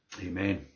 Amen